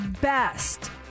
best